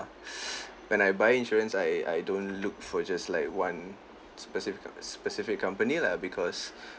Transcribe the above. when I buy insurance I I don't look for just like one specific co~ specific company lah because